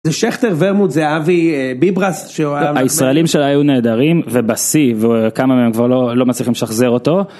זה שכטר, ורמוט, זה אבי ביברס. הישראלים שלה היו נהדרים, ובשיא, כמה הם כבר לא מצליחים לשחזר אותו.